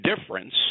difference